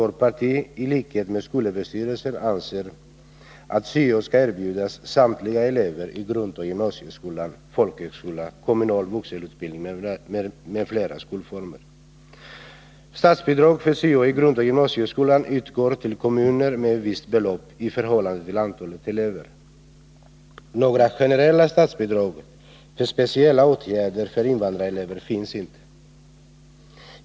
Vårt parti anser i likhet med skolöverstyrelsen att syo skall erbjudas samtliga elever i grundoch gymnasieskola, folkhögskola, kommunal vuxenutbildning m.fl. skolformer. Statsbidrag för syo i grundoch gymnasieskolan utgår till kommuner med ett visst belopp i förhållande till antalet elever. Några generella statsbidrag för speciella åtgärder för invandrarelever finns inte.